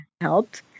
helped